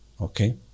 Okay